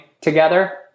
together